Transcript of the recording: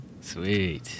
Sweet